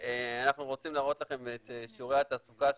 אנחנו רוצים להראות לכם את שיעורי התעסוקה,